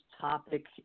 topic